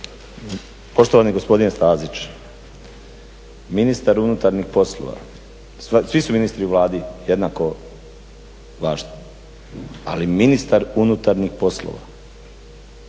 Poštovani gospodine Stazić, ministar unutarnjih poslova, svi su ministri u Vladi jednako ovlašteni, ali ministar unutarnjih poslova